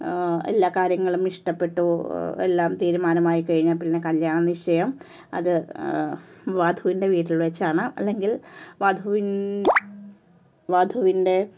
എല്ലാ കാര്യങ്ങളും ഇഷ്ടപ്പെട്ടു എല്ലാം തീരുമാനമായി കഴിഞ്ഞാൽ പിന്നെ കല്യാണ നിശ്ചയം അതു വധുവിൻ്റെ വീട്ടിൽ വച്ചാണ് അല്ലെങ്കിൽ വധു വധുവിൻ്റെ